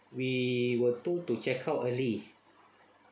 we were told to check out early